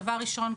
דבר ראשון,